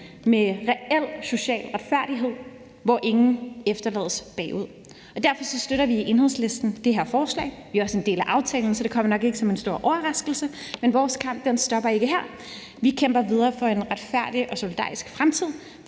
med reel social retfærdighed, hvor ingen efterlades bagude. Derfor støtter vi i Enhedslisten det her forslag. Vi er også en del af aftalen, så det kommer nok ikke som en stor overraskelse. Men vores kamp stopper ikke her. Vi kæmper videre for en retfærdig og solidarisk fremtid